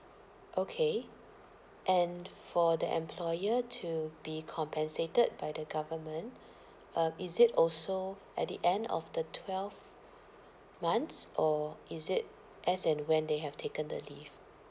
okay and for the employer to be compensated by the government um is it also at the end of the twelve months or is it as and when they have taken the leave